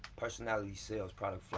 personality sales product